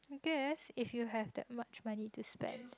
guess if you have that much money to spend